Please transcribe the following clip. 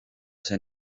ese